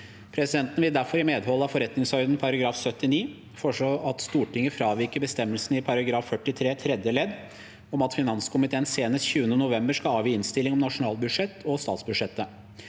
Presidenten vil derfor i medhold av forretningsordenen § 79 foreslå at Stortinget fraviker bestemmelsen i § 43 tredje ledd, om at finanskomiteen senest 20. november skal avgi innstilling om nasjonalbudsjettet og statsbudsjettet.